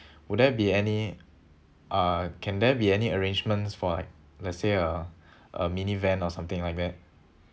would there be any uh can there be any arrangements for like let's say a a mini van or something like that